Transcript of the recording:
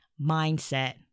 mindset